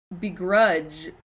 begrudge